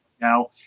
now